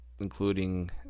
including